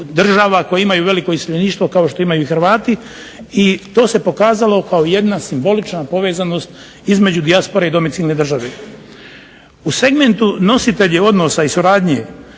država koje imaju veliko iseljeništvo kao što imaju Hrvati i to se pokazalo kao jedna simbolična povezanost između dijaspore i domicilne države. U segmentu nositelji odnosa i suradnje